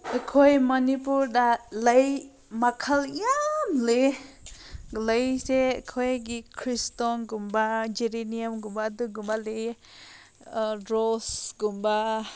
ꯑꯩꯈꯣꯏ ꯃꯅꯤꯄꯨꯔꯗ ꯂꯩ ꯃꯈꯜ ꯌꯥꯝꯅ ꯂꯩ ꯂꯩꯁꯦ ꯑꯩꯈꯣꯏꯒꯤ ꯈ꯭ꯔꯤꯁꯇꯣꯟꯒꯨꯝꯕ ꯖꯤꯔꯤꯂꯤꯌꯝꯒꯨꯝꯕ ꯑꯗꯨꯒꯨꯝꯕ ꯂꯩ ꯔꯣꯁꯀꯨꯝꯕ